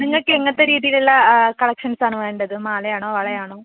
നിങ്ങൾക്കെങ്ങനത്തെ രീതിയിലുള്ള കളക്ഷൻസാണ് വേണ്ടത് മാലയാണോ വളയാണോ